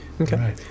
Okay